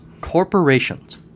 Corporations